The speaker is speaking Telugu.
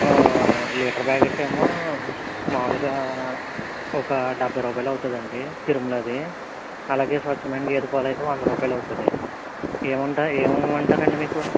లీటర్ ప్యాకెట్ ఏమో మామూలుగా ఒక డెబ్భై రూపాయలు అవుతుంది అండి తిరుమల అది అలాగే స్వచ్ఛమైన గేదె పాలు అయితే వంద రూపాయలు అవుతుంది ఏమి ఉంటాయి ఏమి ఇవ్వమంటారు అండి మీకు